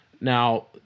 Now